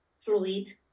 fluid